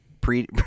pre